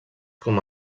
com